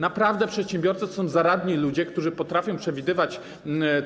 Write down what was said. Naprawdę przedsiębiorcy to są zaradni ludzie, którzy potrafią przewidywać,